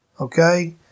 Okay